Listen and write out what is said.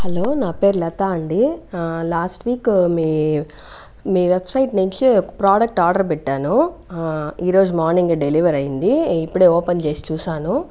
hello నా పేరు లతా అండి లాస్ట్ వీక్ మీ మీ వెబ్సైట్ నుంచి ప్రోడక్ట్ ఆర్డర్ పెట్టాను ఈరోజు మార్నింగే డెలివరీ అయింది ఇప్పుడే ఓపెన్ చేసి చూసాను